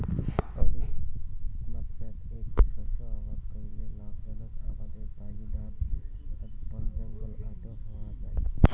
অধিকমাত্রাত এ্যাক শস্য আবাদ করিলে লাভজনক আবাদের তাগিদাত বনজঙ্গল আটো হয়া যাই